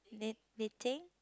knit~ knitting